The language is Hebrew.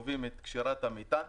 הקובעים את קשירת המטען.